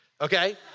okay